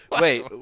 Wait